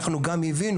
אנחנו גם הבאנו,